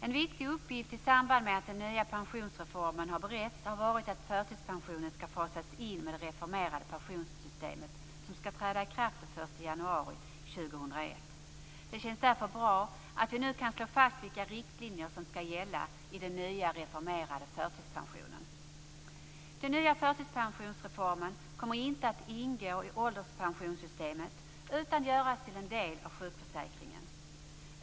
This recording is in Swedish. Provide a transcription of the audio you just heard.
En viktig uppgift i samband med att den nya pensionsreformen har beretts har varit att förtidspensionen skall fasas in med det reformerade pensionssystemet, som skall träda i kraft den 1 januari 2001. Det känns därför bra att vi nu kan slå fast vilka riktlinjer som skall gälla i den nya reformerade förtidspensionen. Den nya förtidspensionsreformen kommer inte att ingå i ålderspensionssystemet utan göras till en del av sjukförsäkringen.